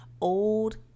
Old